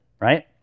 right